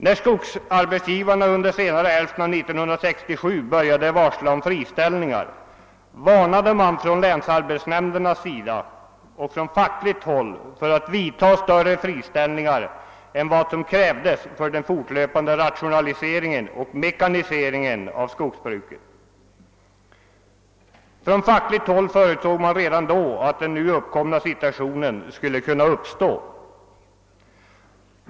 När skogsarbetsgivarna under senare hälften av 1967 började varsla om friställningar, varnade man från länsarbetsnämndernas sida och från fackligt håll för att vidta större friställningar än vad som betingades av den fortlöpande rationaliseringen och mekaniseringen av skogsbruket. På fackligt håll förutsåg man redan då att den nu uppkomna situationen skulle kunna uppstå.